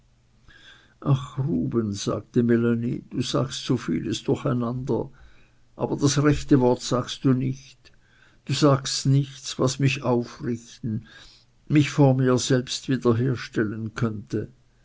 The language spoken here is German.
ach ruben sagte melanie du sagst so vieles durcheinander aber das rechte wort sagst du nicht du sagst nichts was mich aufrichten mich vor mir selbst wieder herstellen könnte